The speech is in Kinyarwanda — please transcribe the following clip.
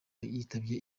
yitabye